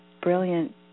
brilliant